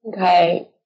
Okay